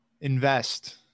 Invest